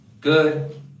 Good